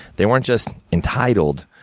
they weren't just entitled,